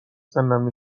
سنم